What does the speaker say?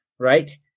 Right